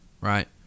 Right